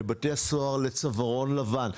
לבתי סוהר לצווארון לבן.